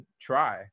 try